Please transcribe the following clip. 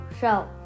show